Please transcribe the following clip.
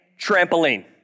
trampoline